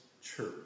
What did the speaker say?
church